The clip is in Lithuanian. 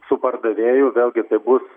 su pardavėju vėlgi tai bus